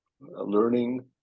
learning